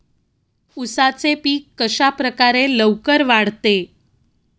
उसाचे पीक कशाप्रकारे लवकर वाढते?